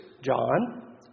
John